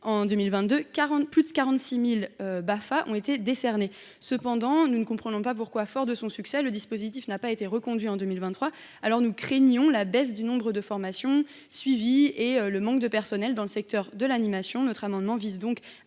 en 2022, plus de 46 000 Bafa ont été décernés. Nous ne comprenons donc pas pourquoi, fort de son succès, le dispositif n’a pas été reconduit en 2023. Aussi craignons nous une baisse du nombre de formations suivies et un manque de personnels dans le secteur de l’animation. Cet amendement vise à